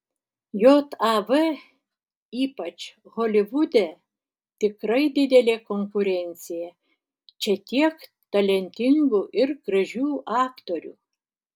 jav ypač holivude tikrai didelė konkurencija čia tiek talentingų ir gražių aktorių